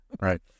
Right